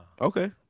Okay